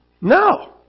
No